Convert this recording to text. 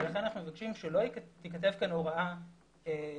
לכן אנחנו מבקשים שלא תיכתב הוראה בחוק.